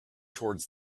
towards